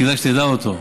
כדאי שתדע אותו,